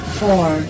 four